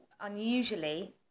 unusually